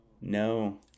No